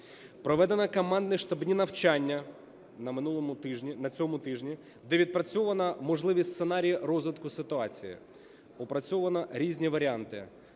Проведено командно-штабні навчання на минулому тижні… на цьому тижні, де відпрацьовано можливі сценарії розвитку ситуації, опрацьовано різні варіанти.